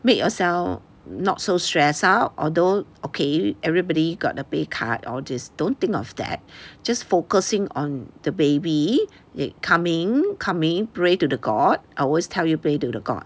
make yourself not so stressed out although okay everybody got a pay cut all this don't think of that just focusing on the baby it coming coming pray to the god always tell you pray to the god